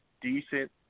decent